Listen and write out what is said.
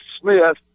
Smith